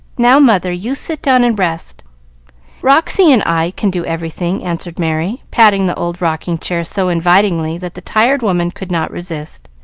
now, mother, you sit down and rest roxy and i can do everything, answered merry, patting the old rocking-chair so invitingly that the tired woman could not resist,